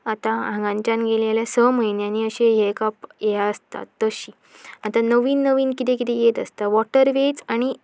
आतां हांगातच्यान गेलीं जाल्यार स म्हयन्यांनी अशें हे काप हे आसता तशी आतां नवीन नवीन किदें किदं येत आसता वॉटरव वेज आनी